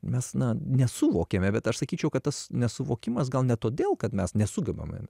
mes na nesuvokėme bet aš sakyčiau kad tas nesuvokimas gal ne todėl kad mes nesugebame